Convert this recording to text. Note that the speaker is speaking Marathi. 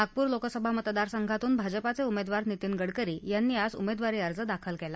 नागपूर लोकसभा मतदार संघातून भाजपाचे उमेदवार नीतीन गडकरी यांनी आज उमेदवारी अर्ज दाखल केला